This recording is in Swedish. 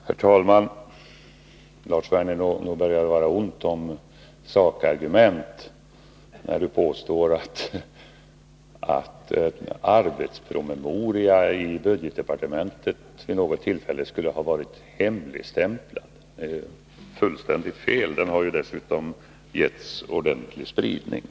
Herr talman! Det börjar bli ont om sakargument för Lars Werner när han påstår att en arbetspromemoria i budgetdepartementet vid något tillfälle skulle ha varit hemligstämplad. Det är fullständigt fel. Den har dessutom getts ordentlig spridning.